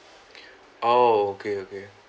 oh okay okay